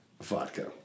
vodka